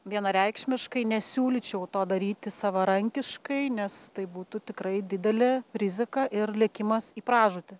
vienareikšmiškai nesiūlyčiau to daryti savarankiškai nes tai būtų tikrai didelė rizika ir lėkimas į pražūtį